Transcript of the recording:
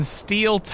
steel